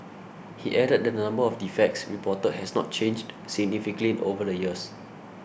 he added that the number of defects reported has not changed significantly over the years